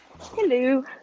Hello